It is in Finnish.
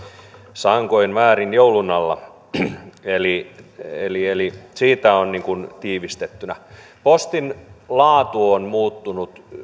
sankoin määrin joulun alla eli eli siinä niin kuin tiivistettynä postin laatu on muuttunut